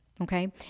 okay